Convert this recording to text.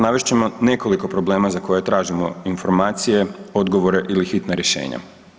Navest ćemo nekoliko problema za koje tražimo informacije, odgovore ili hitna rješenja.